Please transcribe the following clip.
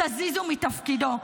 תזיזו מתפקידו.